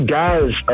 guys